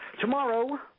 Tomorrow